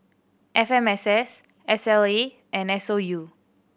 F M S S S L A and S O U